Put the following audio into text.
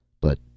But